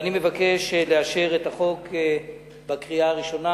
אני מבקש לאשר את החוק בקריאה ראשונה.